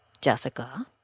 Jessica